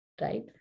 right